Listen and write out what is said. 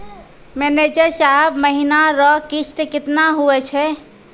manager साहब महीना रो किस्त कितना हुवै छै